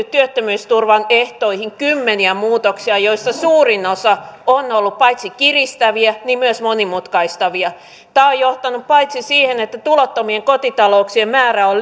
työttömyysturvan ehtoihin kymmeniä muutoksia joista suurin osa on ollut paitsi kiristäviä myös monimutkaistavia tämä on johtanut paitsi siihen että tulottomien kotita louksien määrä on